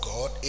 God